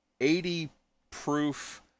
80-proof